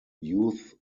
youth